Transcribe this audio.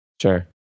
Sure